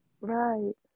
Right